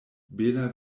bela